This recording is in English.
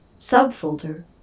Subfolder